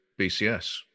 BCS